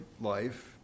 life